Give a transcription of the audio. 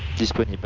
this point,